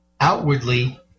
outwardly